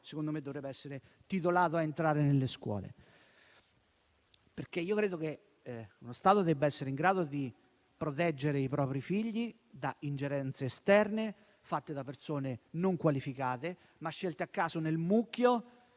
secondo me, dovrebbe essere titolato a entrare nelle scuole. Credo che lo Stato debba essere in grado di proteggere i propri figli da ingerenze esterne, da parte di persone non qualificate, ma scelte a caso nel mucchio